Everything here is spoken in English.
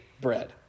bread